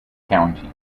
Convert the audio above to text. county